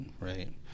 right